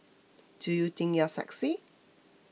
do you think you are sexy